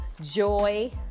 joy